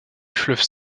fleuve